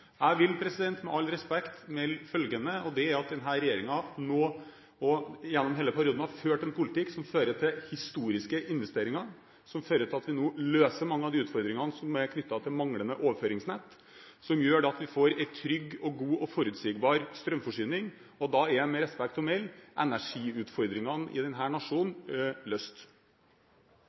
Jeg vil med all respekt melde følgende, og det er at denne regjeringen nå – og gjennom hele perioden – har ført en politikk som fører til historiske investeringer, som fører til at vi nå løser mange av de utfordringene som er knyttet til manglende overføringsnett, som gjør at vi får en trygg og god og forutsigbar strømforsyning. Da er med respekt å melde energiutfordringene i denne nasjonen løst.